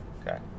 okay